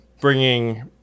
bringing